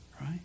right